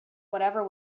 whatever